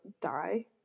die